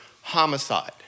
homicide